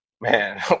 man